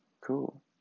cool